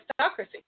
aristocracy